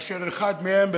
כאשר אחד מהם,